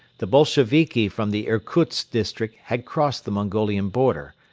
the bolsheviki from the irkutsk district had crossed the mongolian border,